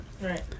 Right